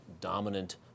dominant